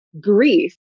grief